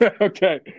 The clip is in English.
Okay